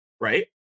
right